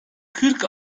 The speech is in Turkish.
kırk